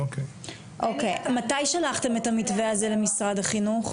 אוקי, מתי שלחתם את המתווה הזה למשרד החינוך?